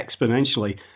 exponentially